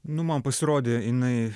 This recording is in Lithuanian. nu man pasirodė jinai